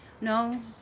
no